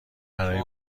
برای